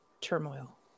turmoil